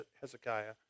Hezekiah